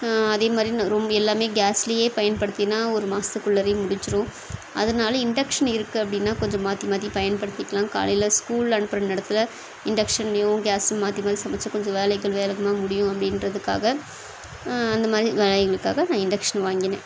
அதேமாதிரி நான் ம் எல்லாமே கேஸ்லேயே பயன்படுத்தின்னால் ஒரு மாதத்துக் குள்ளேவே முடிஞ்சுடும் அதனால் இண்டெக்ஷன் இருக்குது அப்படின்னா கொஞ்சம் மாற்றி மாற்றி பயன்படுத்திக்கலாம் காலையில் ஸ்கூல் அனுப்புகிற நேரத்தில் இண்டெக்ஷன்லேயும் கேஸ்ஸும் மாற்றி மாற்றி சமைத்தா கொஞ்சம் வேலைகள் வேகமாக முடியும் அப்படின்றதுக்காக அந்தமாதிரி வேலைகளுக்காக நான் இண்டெக்ஷன் வாங்கினேன்